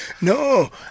no